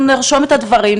אנחנו נרשום את הדברים,